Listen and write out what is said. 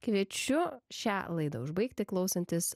kviečiu šią laidą užbaigti klausantis